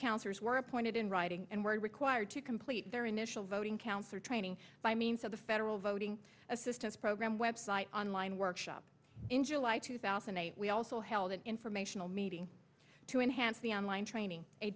counters were appointed in writing and were required to complete their initial voting councilor training by means of the federal voting assistance program website online workshop in july two thousand and eight we also held an informational meeting to enhance the on line training a